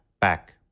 Back